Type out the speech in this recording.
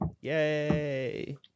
Yay